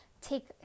take